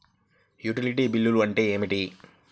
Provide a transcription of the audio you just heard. Utility bill అంటే ఏమిటి?